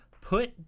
put